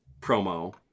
promo